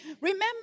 Remember